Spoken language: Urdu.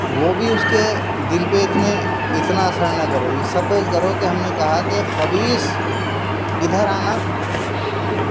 وہ بھی اس کے دل پہ اتنے اتنا اثر نہ کرے گی سپوز کرو کہ ہم نے کہا کہ خبیث ادھر آنا